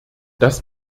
das